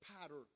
pattern